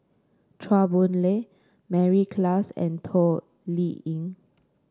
Chua Boon Lay Mary Klass and Toh Liying